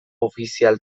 ofizial